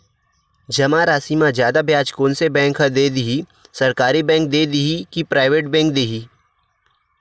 जमा राशि म जादा ब्याज कोन से बैंक ह दे ही, सरकारी बैंक दे हि कि प्राइवेट बैंक देहि?